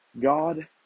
God